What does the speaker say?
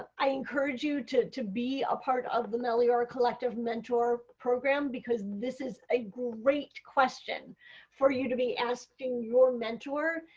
ah i encourage you to to be a part of the meliora collective mentor program because this is a great question for you to be asking your mentor.